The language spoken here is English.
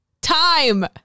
Time